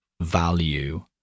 value